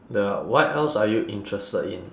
the what else are you interested in